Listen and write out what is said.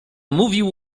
mówił